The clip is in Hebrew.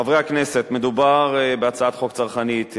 חברי הכנסת, מדובר בהצעת חוק צרכנית.